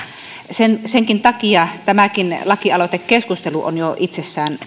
koen että senkin takia tämä lakialoitekeskustelu on jo itsessään